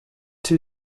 two